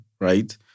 right